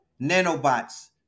nanobots